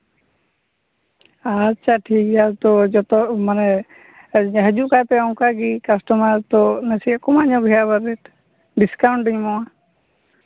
ᱟᱪᱪᱷᱟ ᱴᱷᱤᱠ ᱜᱮᱭᱟ ᱛᱳ ᱡᱚᱛᱚ ᱢᱟᱱᱮ ᱦᱤᱡᱩᱜ ᱠᱷᱟᱱᱯᱮ ᱚᱱᱠᱟᱜᱮ ᱠᱟᱥᱴᱚᱢᱟᱨ ᱛᱳ ᱱᱟᱥᱮᱭᱟᱜ ᱠᱚᱢᱟᱜ ᱦᱟᱸᱜ ᱨᱮᱹᱴ ᱰᱤᱥᱠᱟᱣᱩᱱᱴ ᱤᱧ ᱮᱢᱚᱜᱼᱟ